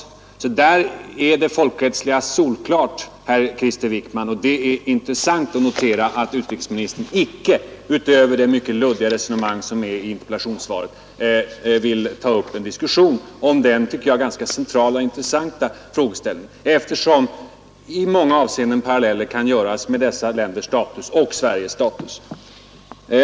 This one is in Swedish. På den punkten är den folkrättsliga aspekten solklar, herr Krister Wickman. Det är intressant att notera att utrikesministern inte, utöver det mycket luddiga resonemang som förs i interpellationssvaret, vill ta upp en diskussion om denna frågeställning, som enligt min mening är central och intressant, eftersom i många avseenden paralleller kan dras mellan dessa länders status och Sveriges status.